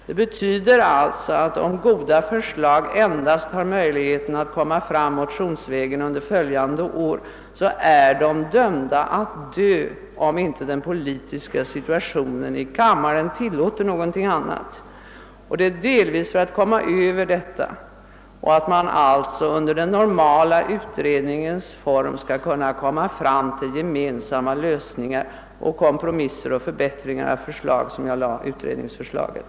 Detta betyder att om goda förslag under följande år endast kan framläggas motionsvägen, så är de dömda att dö, såvida inte den politiska situationen i kammaren tilllåter någonting annat. Det är delvis för att komma över detta och för att man under den normala utredningens form gemensamt skall kunna komma fram till lösningar, kompromisser och förbättringar som jag framlade utredningsförslaget.